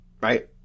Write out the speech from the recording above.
right